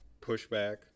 pushback